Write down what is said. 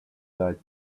died